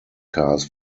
cars